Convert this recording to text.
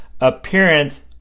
appearance